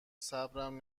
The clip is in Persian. صبرم